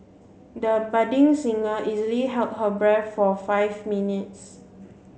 the budding singer easily held her breath for five minutes